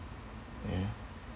ya